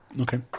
Okay